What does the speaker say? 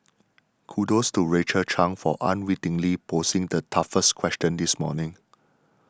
kudos to Rachel Chang for unwittingly posing the toughest question this morning